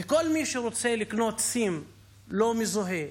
וכל מי שרוצה לקנות סים לא מזוהה,